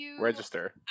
Register